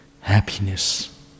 happiness